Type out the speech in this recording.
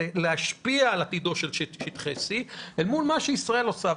להצביע על עתידו של שטח C אל מול מה שישראל עושה.